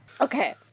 Okay